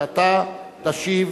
ואתה תשיב: